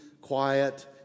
quiet